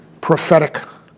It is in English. prophetic